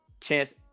Chance